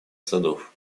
садов